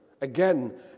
Again